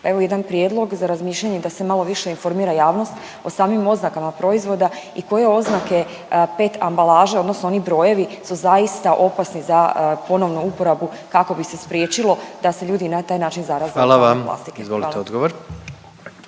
evo jedan prijedlog za razmišljanje, da se malo više informira javnost o samim oznakama proizvoda i koje oznake PET ambalaže, odnosno oni brojevi su zaista opasni za ponovnu uporabu kako bi se spriječilo da se ljudi na taj način zaraze .../Govornik se ne razumije./...